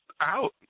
out